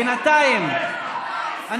בינתיים,